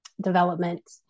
development